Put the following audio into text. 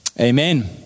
Amen